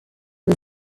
was